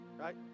right